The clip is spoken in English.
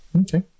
Okay